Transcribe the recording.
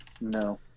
No